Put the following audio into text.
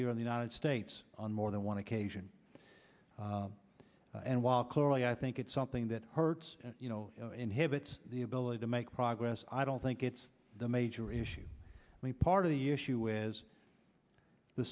here in the united states on more than one occasion and while clearly i think it's something that hurts you know inhibits the ability to make progress i don't think it's the major issue i mean part of the issue is the